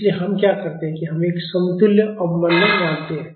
इसलिए हम क्या करते हैं कि हम एक समतुल्य अवमंदन मानते हैं